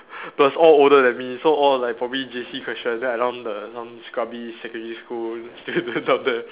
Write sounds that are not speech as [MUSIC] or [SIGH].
plus all older than me so all like probably J_C question then I non the non scrubby secondary school [LAUGHS] student down there